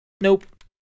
Nope